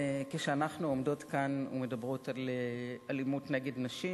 וכשאנחנו עומדות כאן ומדברות על אלימות נגד נשים,